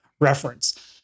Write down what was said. reference